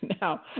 Now